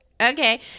okay